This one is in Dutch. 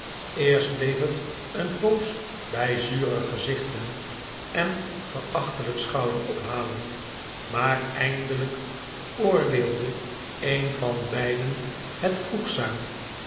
eerst bleef het een poos bij zure gezichten en verachtelijk schouderophalen maar eindelijk oordeelde een van beiden het voegzaam